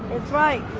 right!